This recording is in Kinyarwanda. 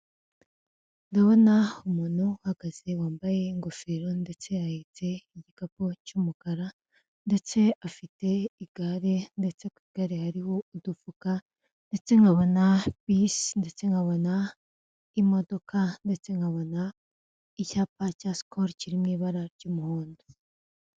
Ndabona umuntu uhagaze wambaye ingofero ndetse yahetse igikapu cy'umukara ndetse afite igare ndetse ku igare hariho udufuka ndetse nkabona bisi ndetse nkabona imodoka ndetse nkabona icyapa cya sikoro kiri mu ibara ry'umuhondo.